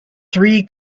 three